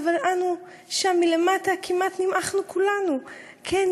אבל אנו / שם מלמטה כמעט נמעכנו כולנו / כן,